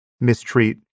mistreat